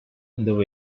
dove